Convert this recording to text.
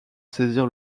saisir